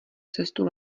cestu